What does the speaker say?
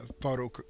photo